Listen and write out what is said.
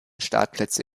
startplätze